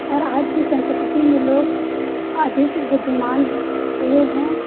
और आज की संस्कृति में लोग अधिक बुद्धिमान हुए हैं